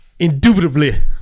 Indubitably